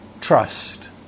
Trust